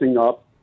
up